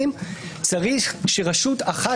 היו הצעות שונות של מלומדים,